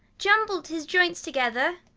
jumbled his joynts together,